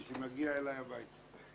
שמגיע אליי הביתה.